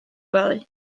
gwely